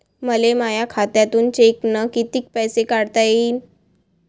मले माया खात्यातून चेकनं कितीक पैसे काढता येईन?